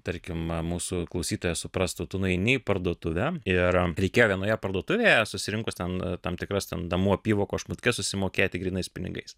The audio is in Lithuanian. tarkim mūsų klausytojas suprastų tu nueini į parduotuvę ir reikėjo vienoje parduotuvėje susirinkus ten tam tikras ten namų apyvokos šmutkes susimokėti grynais pinigais